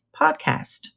podcast